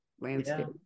landscape